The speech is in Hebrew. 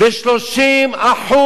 ו-30%